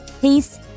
peace